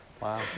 Wow